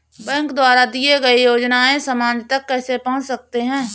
Bank द्वारा दिए गए योजनाएँ समाज तक कैसे पहुँच सकते हैं?